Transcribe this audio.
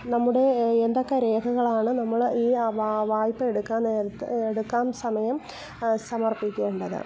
നമ്മുടെ എന്തൊക്കെ രേഖകളാണ് നമ്മള് ഈ വായ്പ എടുക്കാൻ നേരത്ത് എടുക്കാൻ സമയം സമർപ്പിക്കേണ്ടത്